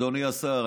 אדוני השר,